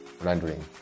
rendering